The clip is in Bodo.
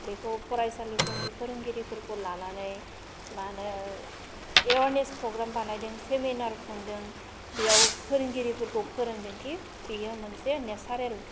बेखौ फरायसालिफोरनि फोरोंगिरिफोरखौ लानानै मा होनो एवेयारनेस पग्राम बानायदों सेमिनार खुंदों बेयाव फोरोंगिरिफोरखौ फोरोंदों खि बेयो मोनसे नेचारेल